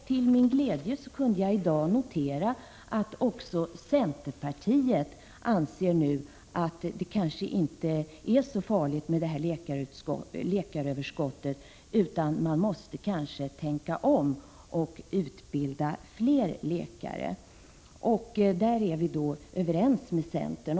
Till min glädje kunde jag i dag notera att också centerpartiet nu anser att man kanske inte behöver hysa så stora farhågor för ett läkaröverskott utan eventuellt måste tänka om och utbilda fler läkare. På den punkten är vi överens med centern.